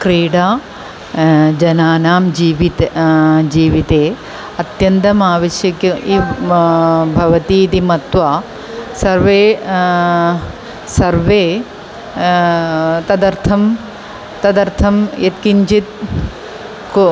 क्रीडा जनानां जीवने जीवने अत्यन्तम् आवश्यकम् इ म भवति इति मत्वा सर्वे सर्वे तदर्थं तदर्थं यत्किञ्चित् को